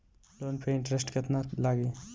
Loan पे interest केतना लागी?